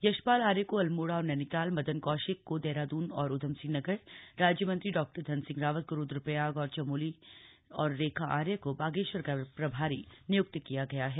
यशपाल आर्य को अल्मोड़ा और नैनीताल मदन कौशिक को देहरादून और उधमसिंह नगर राज्यमंत्री डॉ धनसिंह रावत को रुद्रप्रयाग और चमोली और रेखा आर्या को बागेश्वर का प्रभारी निय्क्त किया गया है